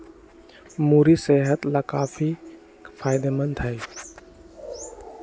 मूरी सेहत लाकाफी फायदेमंद हई